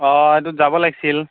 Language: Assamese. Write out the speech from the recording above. অ' এইটোত যাব লাগিছিল